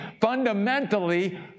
fundamentally